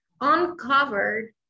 uncovered